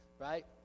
right